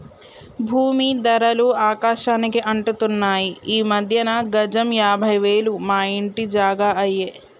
భూమీ ధరలు ఆకాశానికి అంటుతున్నాయి ఈ మధ్యన గజం యాభై వేలు మా ఇంటి జాగా అయ్యే